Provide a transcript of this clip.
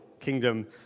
kingdom